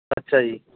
ਅੱਛਾ ਜੀ